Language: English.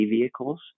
vehicles